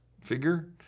figure